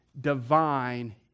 divine